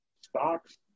Stocks